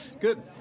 good